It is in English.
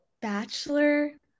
Bachelor